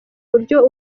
buryo